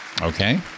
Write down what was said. Okay